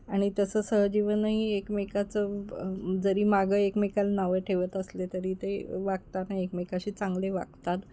आणि तसं सहजीवनही एकमेकाचं जरी मागं एकमेकाला नावं ठेवत असले तरी ते वागताना एकमेकाशी चांगले वागतात